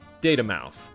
Datamouth